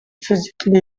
physically